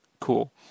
cool